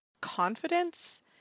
confidence